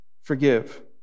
forgive